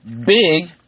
big